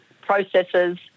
processes